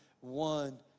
one